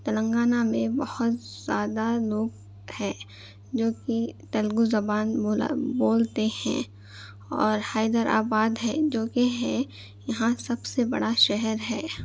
تلنگانہ میں بہت زیادہ لوگ ہیں جو کہ تلگو زبان بولا بولتے ہیں اور حیدرآباد ہے جو کہ ہے یہاں سب سے بڑا شہر ہے